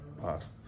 pass